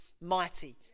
mighty